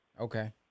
Okay